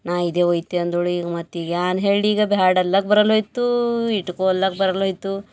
ನಾ ಇದೇ ವೈತೆ ಅಂದೊಳಿ ಈಗ ಮತ್ತೀಗ ಏನ್ ಹೇಳಲೀಗ ಭ್ಯಾಡ ಅಲ್ಲಕ ಬರಲ್ಹೊಯ್ತೂ ಇಟ್ಟುಕೊ ಒಲ್ಲಕ ಬರಲ್ಹೊಯ್ತು